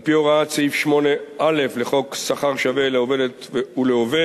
על-פי הוראת סעיף 8(א) לחוק שכר שווה לעובדת ולעובד,